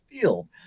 field